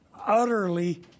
utterly